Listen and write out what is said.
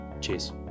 Cheers